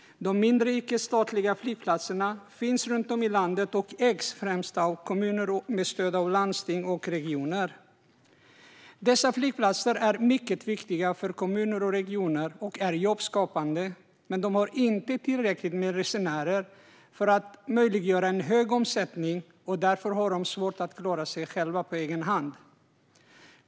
De mindre icke-statliga flygplatserna finns runt om i landet och ägs främst av kommuner med stöd av landsting och regioner. Dessa flygplatser är mycket viktiga för kommuner och regioner och är jobbskapande, men de har inte tillräckligt med resenärer för att möjliggöra en hög omsättning. Därför har de svårt att klara sig på egen hand.